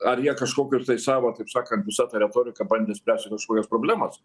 ar jie kažkokius tai savo taip sakant visa ta retorika bandė spręsti kažkokias problemas